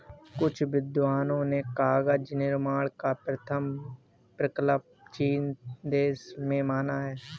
कुछ विद्वानों ने कागज निर्माण का प्रथम प्रकल्प चीन देश में माना है